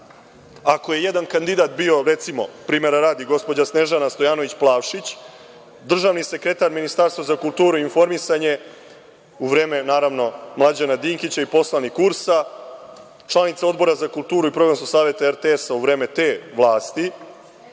ako je jedan kandidat bio, recimo, primera radi, gospođa Snežana Stojanović Plavšić, državni sekretar Ministarstva za kulturu i informisanje u vreme Mlađana Dinkića i poslanik URS-a, članica Odbora za kulturu i Programskog saveta RTS-a u vreme te vlasti,